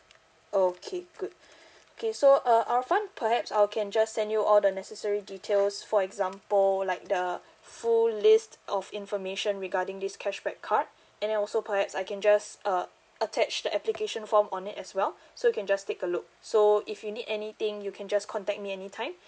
okay good okay so uh arfan perhaps I'll can just send you all the necessary details for example like the full list of information regarding this cashback card and then also perhaps I can just uh attach the application form on it as well so you can just take a look so if you need anything you can just contact me any time